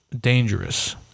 dangerous